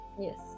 Yes